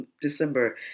december